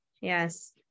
yes